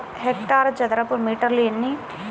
హెక్టారుకు చదరపు మీటర్లు ఎన్ని?